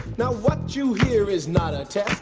now what you hear is not a.